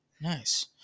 Nice